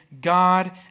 God